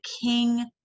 king